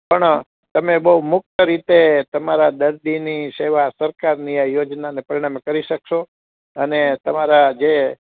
પણ તમે બુ મુક્ત રીતે તમારા દર્દીની એવા સરકારની આ યોજનાને પરિણામે કરી શકશો અને તમારા જે